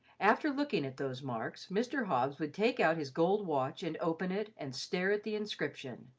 after looking at those marks, mr. hobbs would take out his gold watch and open it and stare at the inscription